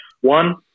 one